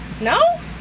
no